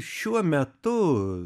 šiuo metu